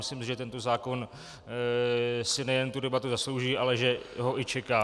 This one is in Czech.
Myslím, že tento zákon si nejen debatu zaslouží, ale že ho i čeká.